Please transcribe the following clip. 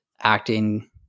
Acting